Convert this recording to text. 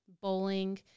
bowling